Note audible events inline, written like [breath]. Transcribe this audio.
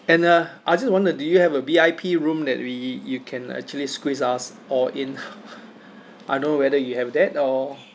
and uh I just wonder do you have a V_I_P room that we you can actually squeeze us all in [breath] I don't know whether you have that or